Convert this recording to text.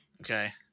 Okay